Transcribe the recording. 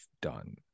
done